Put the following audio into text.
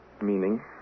Meaning